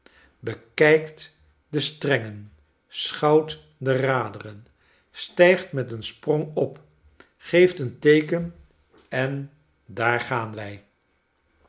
bekiikt de strengen schouwt de raderen stijgt met een sprong op geeft een teeken en daar gaan wyl